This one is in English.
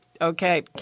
Okay